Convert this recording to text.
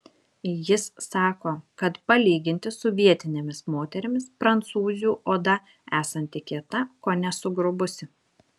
jis sako kad palyginti su vietinėmis moterimis prancūzių oda esanti kieta kone sugrubusi